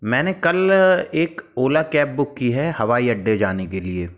मैंने कल एक ओला कैब बुक की है हवाई अड्डे जाने के लिए